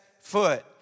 foot